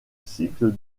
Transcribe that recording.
cycle